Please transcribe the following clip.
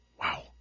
Wow